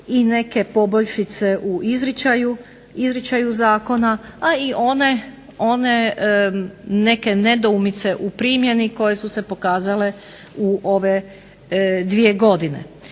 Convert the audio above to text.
i neke poboljšice u izričaju zakona, a i one neke nedoumice u primjeni koje su se pokazale u ove dvije godine.